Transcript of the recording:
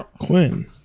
Quinn